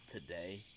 today